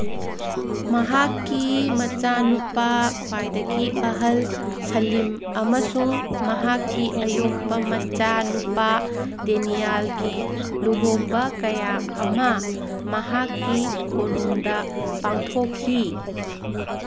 ꯃꯍꯥꯛꯀꯤ ꯃꯆꯥꯅꯨꯄꯥ ꯈ꯭ꯋꯥꯏꯗꯒꯤ ꯑꯍꯜ ꯁꯂꯤꯝ ꯑꯃꯁꯨꯡ ꯃꯍꯥꯛꯀꯤ ꯑꯌꯣꯛꯄ ꯃꯆꯥꯅꯨꯄꯥ ꯗꯦꯅꯤꯌꯥꯜꯒꯤ ꯂꯨꯍꯣꯡꯕ ꯀꯌꯥ ꯑꯃ ꯃꯍꯥꯛꯀꯤ ꯀꯣꯅꯨꯡꯗ ꯄꯥꯡꯊꯣꯛꯈꯤ